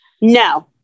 No